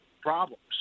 problems